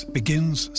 begins